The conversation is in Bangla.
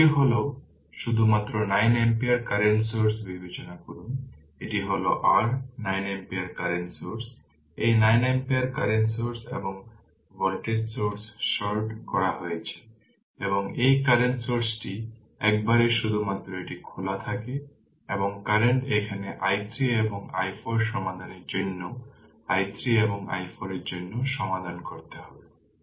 সুতরাং পরেরটি হল পরেরটি হল শুধুমাত্র 9 ampere কারেন্ট সোর্স বিবেচনা করুন এটি হল r 9 ampere কারেন্ট সোর্স এই 9 ampere কারেন্ট সোর্স এবং এই ভোল্টেজ সোর্স শর্ট করা হয়েছে এবং এই কারেন্ট সোর্সটি একবারে শুধুমাত্র একটি খোলা থাকে এবং কারেন্ট এখানে i3 এবং i4 সমাধানের জন্য i3 এবং i4 এর জন্য সমাধান করতে হবে